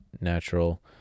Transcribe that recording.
natural